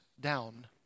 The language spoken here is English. down